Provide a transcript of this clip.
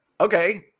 Okay